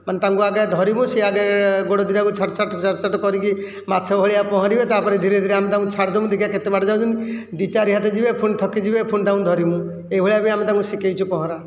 ମାନେ ତାଙ୍କୁ ଆଗେ ଧରିମୁ ସେ ଆଗେ ଗୋଡ଼ ଦିଟାକୁ ଛଟ ଛଟ ଛଟ ଛଟ କରିକି ମାଛ ଭଳିଆ ପହଁରିବେ ତାପରେ ଧୀରେ ଧୀରେ ଆମେ ତାଙ୍କୁ ଛାଡ଼ି ଦମୁ ଦେଖିଆ କେତେ ବାଟ ଯାଉଛନ୍ତି ଦୁଇ ଚାରି ହାତେ ଯିବେ ପୁଣି ଥକି ଯିବେ ପୁଣି ତାଙ୍କୁ ଧରିମୁ ଏ ଭଳିଆ ବି ତାଙ୍କୁ ଆମେ ଶିଖାଇଛୁ ପହଁରା